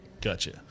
Gotcha